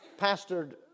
pastored